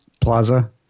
Plaza